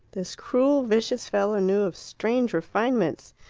this cruel, vicious fellow knew of strange refinements.